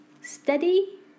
Steady